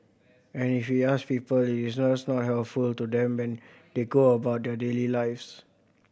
and if we ask people it is just not helpful to them when they go about their daily lives